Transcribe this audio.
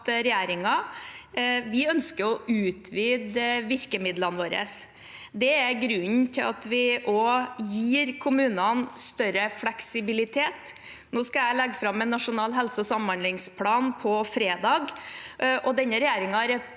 regjeringen å utvide virkemidlene våre. Det er grunnen til at vi også gir kommunene større fleksibilitet. Jeg skal legge fram en nasjonal helse- og samhandlingsplan på fredag.